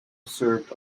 served